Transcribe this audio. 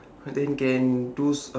then can those